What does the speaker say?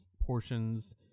portions